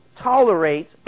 tolerate